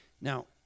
Now